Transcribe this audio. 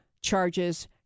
charges